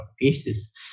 cases